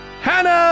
Hannah